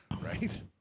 right